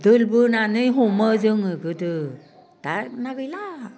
दोल बोनानै हमो जोङो गोदो दाना गैला